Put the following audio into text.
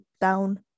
down